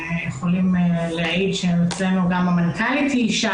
יכולים להעיד שאצלנו גם המנכ"לית היא אישה.